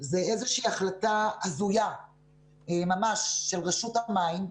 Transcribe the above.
זה איזושהי החלטה הזויה ממש של רשות המים.